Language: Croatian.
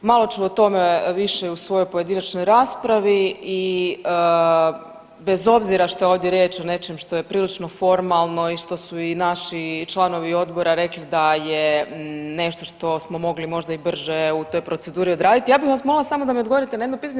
Malo ću o tome više u svojoj pojedinačnoj raspravi i bez obzira što je ovdje riječ o nečem što je prilično formalno i što su i naši članovi odbora rekli da je nešto što smo mogli možda i brže u toj proceduri odraditi ja bih vas molila samo da mi odgovorite na jedno pitanje.